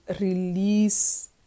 release